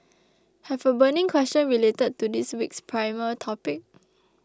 have a burning question related to this week's primer topic